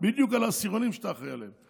בדיוק על העשירונים שאתה אחראי עליהם.